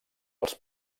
als